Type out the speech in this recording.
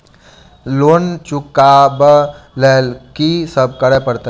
Loan चुका ब लैल की सब करऽ पड़तै?